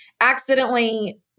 accidentally